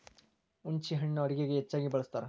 ಹುಂಚಿಹಣ್ಣು ಅಡುಗೆಗೆ ಹೆಚ್ಚಾಗಿ ಬಳ್ಸತಾರ